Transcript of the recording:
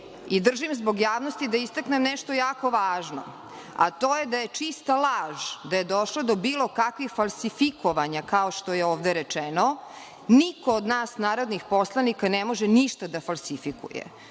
i držim zbog javnosti da istaknem nešto jako važno, a to je da je čista laž da je došlo do bilo kakvih falsifikovanja, kao što je ovde rečeno. Niko od nas narodnih poslanika ne može ništa da falsifikuje.